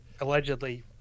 Allegedly